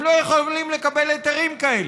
הם לא יכולים לקבל היתרים כאלה,